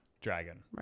dragon